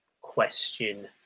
Question